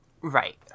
Right